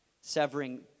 severing